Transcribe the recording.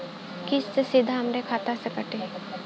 किस्त सीधा हमरे खाता से कटी?